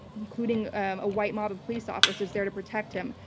including ah white modeled police officers there to protect him.